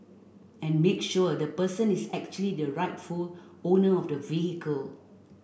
and make sure the person is actually the rightful owner of the vehicle